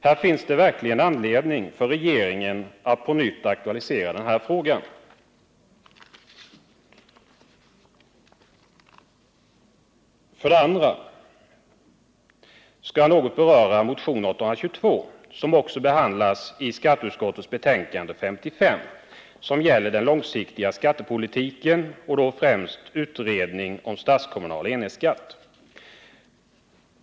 Det finns verkligen anledning för regeringen att på nytt aktualisera denna fråga. Vidare skall jag något beröra motionen 822, som också behandlas i skatteutskottets betänkande nr 55 och som gäller den långsiktiga skattepolitiken — och då främst utredning om statskommunal enhetsskatt.